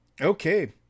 okay